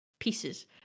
pieces